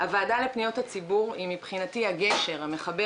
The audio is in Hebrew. הועדה לפניות הציבור היא מבחינתי הגשר המחבר